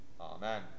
Amen